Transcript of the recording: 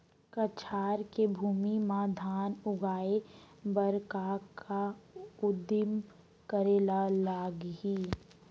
कछार के भूमि मा धान उगाए बर का का उदिम करे ला लागही?